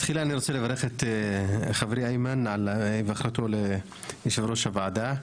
תחילה אני רוצה לברך את חברי איימן על היבחרותו ליושב-ראש הוועדה.